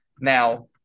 Now